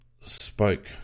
spoke